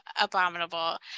abominable